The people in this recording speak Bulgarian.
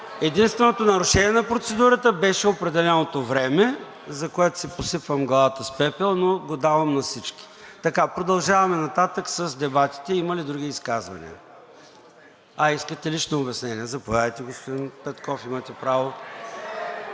Единственото нарушение на процедурата беше определеното време, за което си посипвам главата с пепел, но го давам на всички. Продължаваме нататък с дебатите. Има ли други изказвания? Искате лично обяснение – заповядайте, господин Петков. (Викове от